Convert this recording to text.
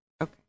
Okay